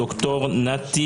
דוקטור נתי